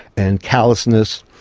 and callousness.